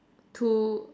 two